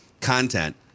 content